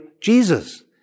Jesus